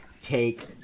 take